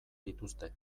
dituzte